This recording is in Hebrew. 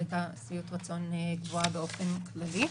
הייתה שביעות רצון גבוהה באופן כללי.